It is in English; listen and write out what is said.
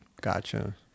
Gotcha